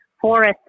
forest